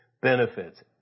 benefits